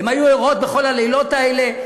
הן היו ערות בכל הלילות האלה,